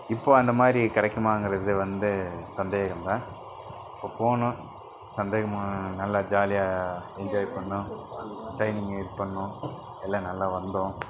இப்போது அந்தமாதிரி கிடைக்குமாங்குறது வந்து சந்தேகந்தான் இப்போ போனோம் சந்தேகமும் நல்ல ஜாலியாக என்ஜாய் பண்ணோம் ட்ரைனிங்கு பண்ணோம் எல்லாம் நல்லா வந்தோம்